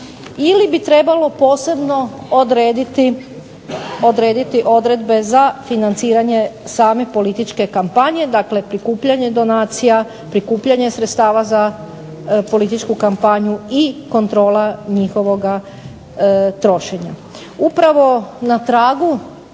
ili bi trebalo posebno odrediti odredbe za financiranje same političke kampanje, dakle prikupljanje donacija, prikupljanje sredstava za političku kampanju i kontrola njihovog trošenja. Upravo na tragu